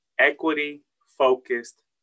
Equity-focused